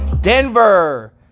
denver